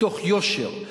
מתוך יושר,